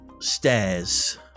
Stairs